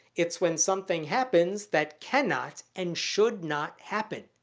it's when something happens that cannot and should not happen.